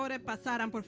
but bus item but